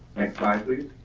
slide, please.